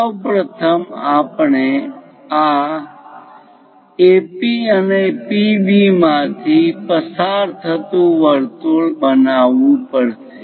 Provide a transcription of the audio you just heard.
સૌ પ્રથમ આપણે આ AP અને PB માથી પસાર થતું વર્તુળ બનાવવું પડશે